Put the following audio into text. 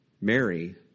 Mary